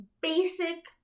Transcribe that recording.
basic